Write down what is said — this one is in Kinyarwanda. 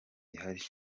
hari